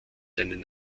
einen